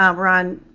um we're on